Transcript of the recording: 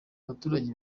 abaturage